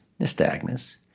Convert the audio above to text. nystagmus